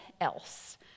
else